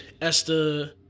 Esther